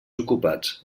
ocupats